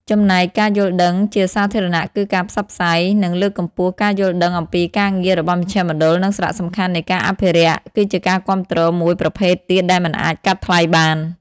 ចំណែកការយល់ដឹងជាសាធារណគឺការផ្សព្វផ្សាយ និងលើកកម្ពស់ការយល់ដឹងអំពីការងាររបស់មជ្ឈមណ្ឌល និងសារៈសំខាន់នៃការអភិរក្ស គឺជាការគាំទ្រមួយប្រភេទទៀតដែលមិនអាចកាត់ថ្លៃបាន។